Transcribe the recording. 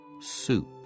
soup